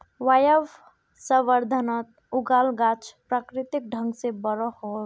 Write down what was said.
वायवसंवर्धनत उगाल गाछ प्राकृतिक ढंग से बोरो ह बे